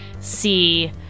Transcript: see